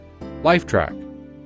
Lifetrack